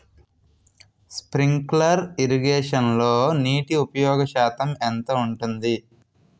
Sprinkler ఇరగేషన్లో నీటి ఉపయోగ శాతం ఎంత ఉంటుంది?